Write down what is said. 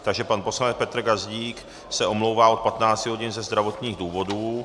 Takže pan poslanec Petr Gazdík se omlouvá od 15 hodin ze zdravotních důvodů.